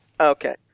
Okay